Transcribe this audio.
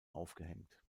aufgehängt